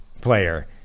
player